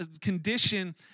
condition